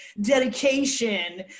dedication